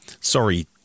Sorry